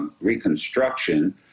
Reconstruction